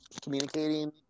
communicating